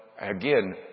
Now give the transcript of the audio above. again